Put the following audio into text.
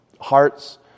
hearts